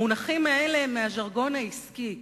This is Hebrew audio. המונחים האלה הם מהז'רגון העסקי,